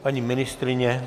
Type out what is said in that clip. Paní ministryně?